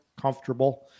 comfortable